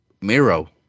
Miro